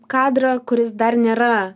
kadrą kuris dar nėra